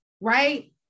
right